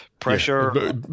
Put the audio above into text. pressure